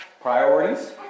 Priorities